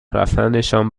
رفتنشان